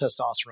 testosterone